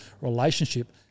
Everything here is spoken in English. relationship